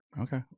Okay